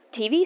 TV